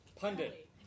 Pundit